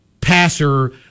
passer